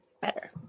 Better